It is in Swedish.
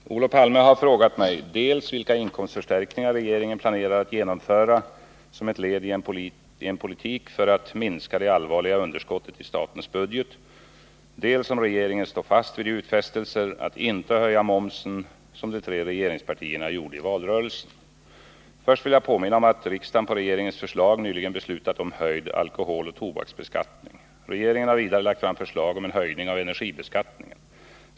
Herr talman! Olof Palme har frågat mig dels vilka inkomstförstärkningar regeringen planerar att genomföra som ett led i en politik för att minska det allvarliga underskottet i statens budget, dels om regeringen står fast vid de utfästelser att inte höja momsen som de tre regeringspartierna gjorde i valrörelsen. Först vill jag påminna om att riksdagen på regeringens förslag nyligen beslutat om höjd alkoholoch tobaksbeskattning. Regeringen har vidare lagt fram förslag om en höjning av energibeskattningen.